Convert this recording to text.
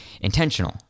intentional